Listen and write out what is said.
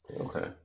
okay